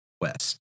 west